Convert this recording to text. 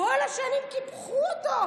שכל השנים קיפחו אותו.